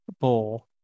bowl